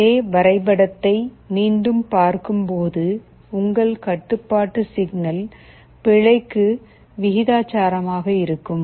அதே வரைபடத்தை மீண்டும் பார்க்கும்போது உங்கள் கட்டுப்பாட்டு சிக்னல் பிழைக்கு விகிதாசாரமாக இருக்கும்